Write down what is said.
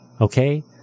Okay